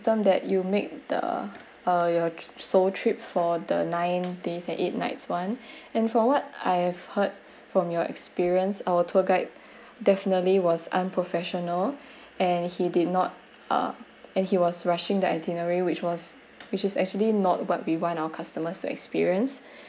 system that you make the uh your seoul trip for the nine days and eight nights one and forward I have heard from your experience our tour guide definitely was unprofessional and he did not uh and he was rushing the itinerary which was which is actually not what we want our customers to experience